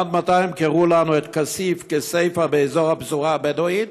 עד מתי ימכרו לנו את כסיף-כסייפה באזור הפזורה הבדואית,